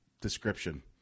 description